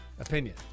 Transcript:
opinion